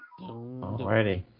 alrighty